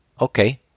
okay